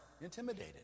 intimidated